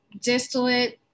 distillate